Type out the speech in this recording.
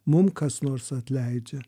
mum kas nors atleidžia